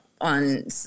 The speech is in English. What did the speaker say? on